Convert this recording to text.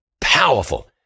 Powerful